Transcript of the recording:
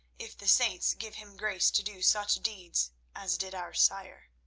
if the saints give him grace to do such deeds as did our sire,